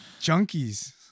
Junkies